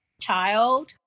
child